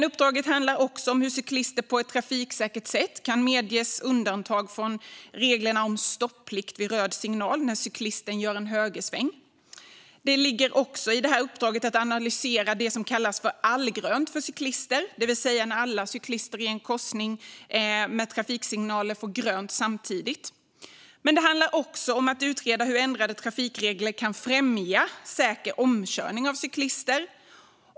Uppdraget handlar också om hur cyklister på ett trafiksäkert sätt kan medges undantag från reglerna om stopplikt vid röd signal när cyklisten gör en högersväng. I uppdraget ligger att analysera så kallat allgrönt för cyklister, det vill säga när alla cyklister i en korsning med trafiksignaler får grönt samtidigt. Det ska vidare utredas hur ändrade trafikregler kan främja säker omkörning av cyklister.